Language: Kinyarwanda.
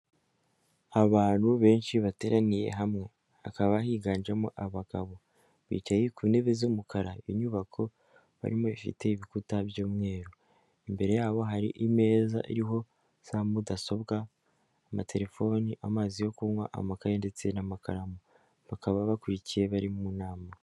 Abantu benshi bateraniye hamwe, hakaba higanjemo abagabo, bicaye ku ntebe z'umukara, inyubako barimo ifite ibikuta by'umweru, imbere yabo hari ameza ariho za mudasobwa, amatelefoni, amazi yo kunywa, amakaye ndetse n'amakaramu, bakaba bakurikiye bari mu nama.